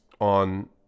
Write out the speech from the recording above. on